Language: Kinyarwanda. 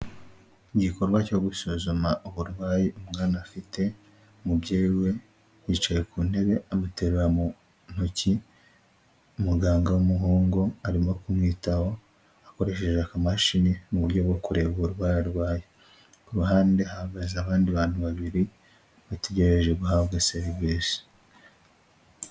Igikorwa cyo gusuzuma uburwayi umwana afite, mubyeyi we yicaye ku ntebe amuterura mu ntoki, muganga w'umuhungu arimo kumwitaho akoresheje akamashini mu buryo bwo kureba uburwayi arwaye, ku ruhande hahagaze abandi bantu babiri bategereje guhabwa serivisi.